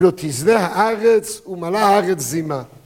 ‫לא תזנה הארץ, ומלאה הארץ זימה.